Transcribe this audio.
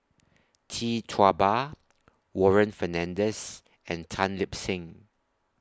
Tee Tua Ba Warren Fernandez and Tan Lip Seng